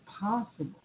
possible